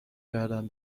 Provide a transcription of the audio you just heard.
کردم